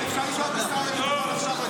אפשר לשאול את משרד הביטחון עכשיו,